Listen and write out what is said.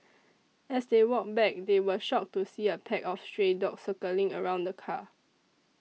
as they walked back they were shocked to see a pack of stray dogs circling around the car